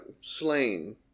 slain